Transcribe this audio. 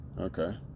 okay